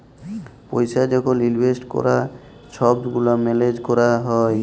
পইসা যখল ইলভেস্ট ক্যরে ছব গুলা ম্যালেজ ক্যরে